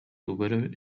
اوبر